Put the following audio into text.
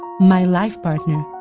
my life partner,